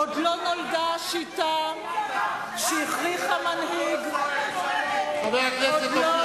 את היית שרה, את היית שרה, חבר הכנסת אופיר